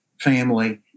family